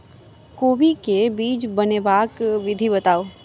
कोबी केँ बीज बनेबाक विधि बताऊ?